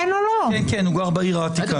כן, הוא גר בעיר העתיקה.